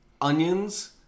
Onions